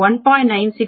96 ஆகவோ அல்லது t 1